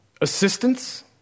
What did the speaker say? Assistance